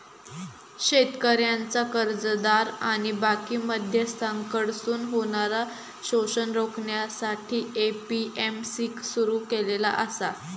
शेतकऱ्यांचा कर्जदार आणि बाकी मध्यस्थांकडसून होणारा शोषण रोखण्यासाठी ए.पी.एम.सी सुरू केलेला आसा